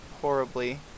horribly